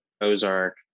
Ozark